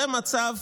זה מצב